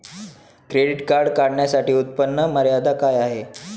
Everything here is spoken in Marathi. क्रेडिट कार्ड काढण्यासाठी उत्पन्न मर्यादा काय आहे?